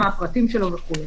מה הפרטים שלו וכו'.